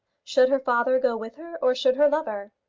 should her father go with her or should her lover?